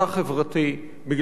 בגלל הצרכים שלה,